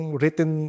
written